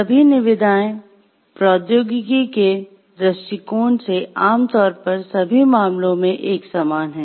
सभी निविदाएँ प्रौद्योगिकी के दृष्टिकोण है